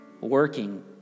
working